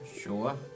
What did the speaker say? Sure